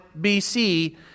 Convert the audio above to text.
BC